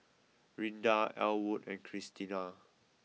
Rinda Ellwood and Cristina